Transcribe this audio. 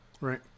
Right